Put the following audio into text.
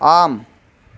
आम्